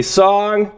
song